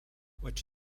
which